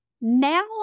Now